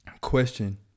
Question